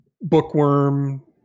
bookworm